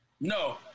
No